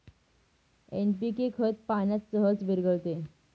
NPK खत पाण्यात सहज विरघळते